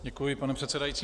Děkuji, pane předsedající.